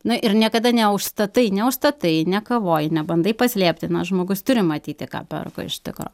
na ir niekada neužstatai neužstatai nekavoji nebandai paslėpti žmogus turi matyti ką perka iš tikro